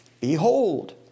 Behold